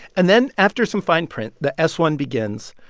and then after some fine print, the s one begins,